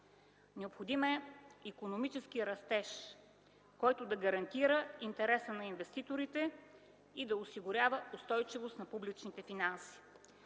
Необходим е икономически растеж, който да гарантира интереса на инвеститорите и да осигурява устойчивост на публичните финанси.